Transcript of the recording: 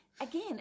Again